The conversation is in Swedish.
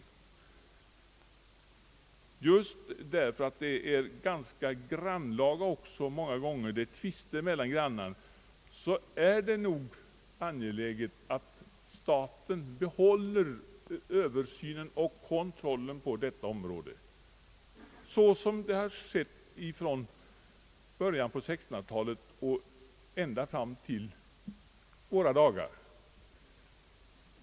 Men just för att dessa frågor många gånger är grannlaga — det kan gälla tvister mellan grannar — är det ange läget att staten behåller översynen och kontrollen på detta område så som har varit fallet från början av 1600-talet fram till våra dagar.